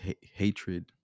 hatred